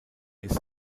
ist